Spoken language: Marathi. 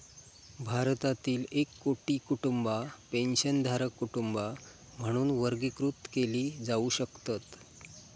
भारतातील एक कोटी कुटुंबा पेन्शनधारक कुटुंबा म्हणून वर्गीकृत केली जाऊ शकतत